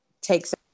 takes